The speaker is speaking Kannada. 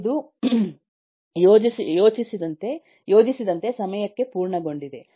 ಇದು ಯೋಜಿಸಿದಂತೆ ಸಮಯಕ್ಕೆ ಪೂರ್ಣಗೊಂಡಿದೆ